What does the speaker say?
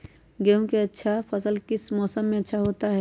गेंहू का फसल किस मौसम में अच्छा होता है?